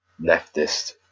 leftist